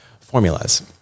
Formulas